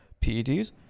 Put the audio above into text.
PEDs